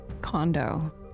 condo